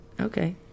Okay